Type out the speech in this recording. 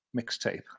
mixtape